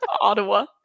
Ottawa